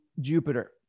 Jupiter